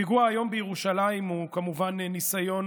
הפיגוע היום בירושלים הוא כמובן ניסיון